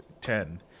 ten